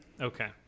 Okay